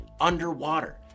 underwater